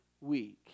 week